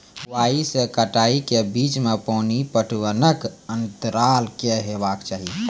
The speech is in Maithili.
बुआई से कटाई के बीच मे पानि पटबनक अन्तराल की हेबाक चाही?